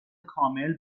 کامل